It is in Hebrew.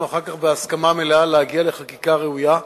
אחר כך בהסכמה מלאה להגיע לחקיקה ראויה,